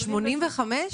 ב-1985?